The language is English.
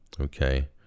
okay